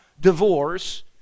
divorce